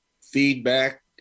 feedback